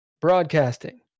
broadcasting